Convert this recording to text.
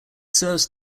serves